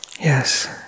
Yes